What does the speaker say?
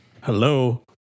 hello